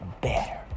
better